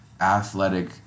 athletic